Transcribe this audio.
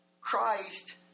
Christ